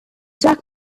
jack